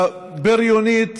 הבריונית